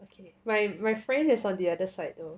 okay my my friend is on the other side though